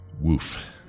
woof